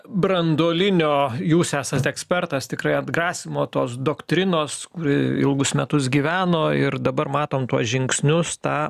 branduolinio jūs esat ekspertas tikrai atgrasymo tos doktrinos kuri ilgus metus gyveno ir dabar matom tuos žingsnius tą